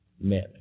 Men